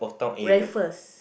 Raffles